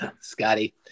Scotty